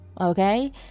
okay